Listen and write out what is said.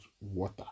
water